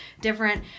different